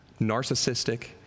narcissistic